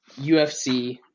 ufc